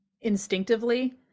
instinctively